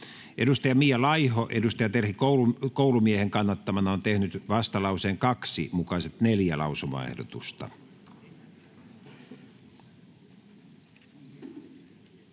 4A) Mia Laiho Terhi Koulumiehen kannattamana on tehnyt vastalauseen 2 mukaiset neljä lausumaehdotusta.